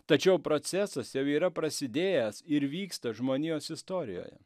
tačiau procesas jau yra prasidėjęs ir vyksta žmonijos istorijoje